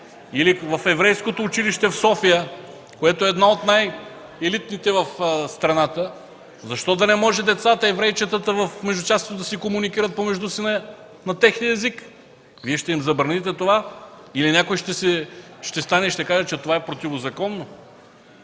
В еврейското училище в София – едно от най-елитните в страната, защо да не може децата еврейчета в междучасията да комуникират помежду си на техния език? Вие ще им забраните ли това, или някой ще стане и ще каже, че това е противозаконно?!